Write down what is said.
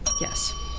Yes